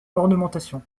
ornementation